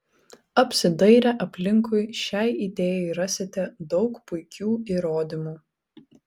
apsidairę aplinkui šiai idėjai rasite daug puikių įrodymų